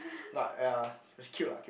but ya especially cute lah cute